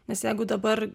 nes jeigu dabar